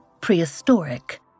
prehistoric